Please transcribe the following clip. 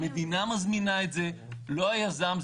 המדינה מזמינה את זה, לא היזם.